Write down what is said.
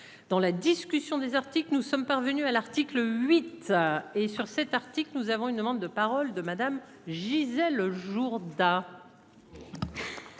Dans la discussion des articles nous sommes parvenus à l'article 8. Et sur cet article que nous avons une demande de parole de madame Gisèle Jourda.